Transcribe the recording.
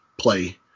play